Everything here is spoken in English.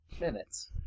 minutes